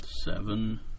seven